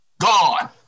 Gone